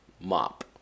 mop